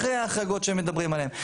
אחרי ההחרגות שהם מדברים עליהם.